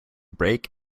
break